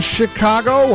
Chicago